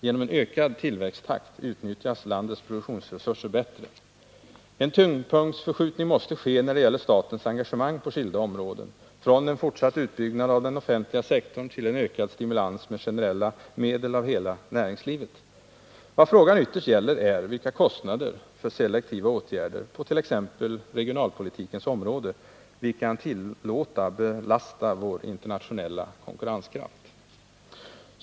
Genom en ökad tillväxttakt utnyttjas landets produktionsresurser bättre. En tyngdpunktsförskjutning måste ske när det gäller statens engagemang på skilda områden, från en fortsatt utbyggnad av den offentliga sektorn till en ökad stimulans med generella medel av hela näringslivet. Vad frågan ytterst gäller är vilka kostnader för selektiva åtgärder, t.ex. på regionalpolitikens område, som kan tillåtas belasta vår internationella konkurrenskraft.